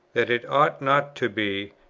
that it ought not to be,